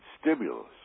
stimulus